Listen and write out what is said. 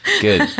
good